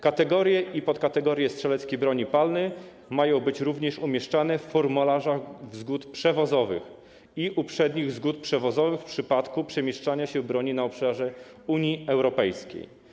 Kategorie i podkategorie strzeleckiej broni palnej mają być również umieszczane w formularzach zgód przewozowych i uprzednich zgód przewozowych w przypadku przemieszczania broni na obszarze Unii Europejskiej.